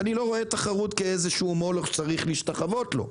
כי אני לא רואה תחרות כאיזשהו מולך שצריך להשתחוות לו.